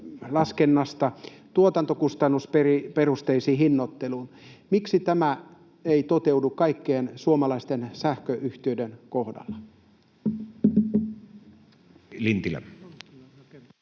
tuotantokustannusperusteiseen hinnoitteluun. Miksi tämä ei toteudu kaikkien suomalaisten sähköyhtiöiden kohdalla?